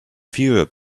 fewer